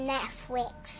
Netflix